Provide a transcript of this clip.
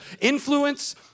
influence